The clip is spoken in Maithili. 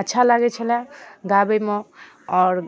अच्छा लागै छलै गाबैमे आओर